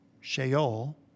Sheol